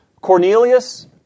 Cornelius